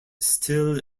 still